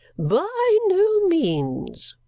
by no means,